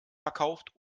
verkauft